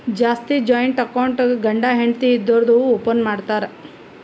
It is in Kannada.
ಜಾಸ್ತಿ ಜಾಯಿಂಟ್ ಅಕೌಂಟ್ ಗಂಡ ಹೆಂಡತಿ ಇದ್ದೋರು ಓಪನ್ ಮಾಡ್ತಾರ್